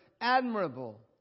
admirable